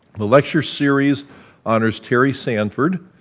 the lecture series honors terry sanford,